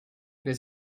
wer